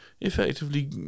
effectively